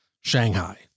Shanghai